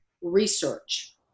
research